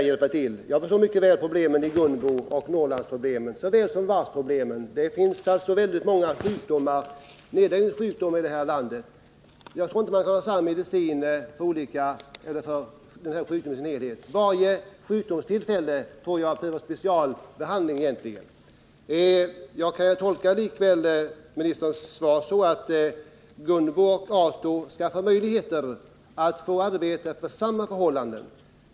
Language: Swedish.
Jag förstår mycket väl problemen i Gunbo och Norrlandsproblemen över huvud taget liksom varvsproblemen. Det finns mer än en nedläggningssjukdom i detta land. Jag tror att varje sjukdom egentligen behöver specialbehandling. Kan jag tolka industriministerns svar så att Gunboföretagen och Ato skall få möjligheter att arbeta under samma förhållanden?